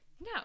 No